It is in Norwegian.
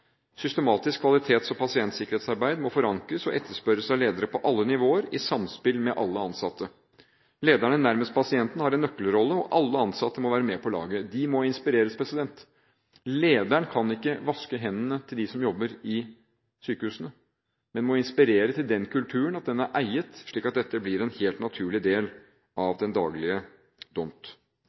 Systematisk kvalitets- og pasientsikkerhetsarbeid må forankres og etterspørres av ledere på alle nivåer, i samspill med alle ansatte. Lederne nærmest pasienten har en nøkkelrolle, og alle ansatte må være med på laget. De må inspireres. Lederen kan ikke vaske hendene til dem som jobber på sykehusene, men vedkommende må inspirere til den kulturen, slik at den er eiet, slik at dette blir en helt naturlig del av den daglige